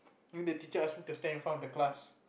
then the teacher asked me to stand in front of the class